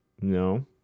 No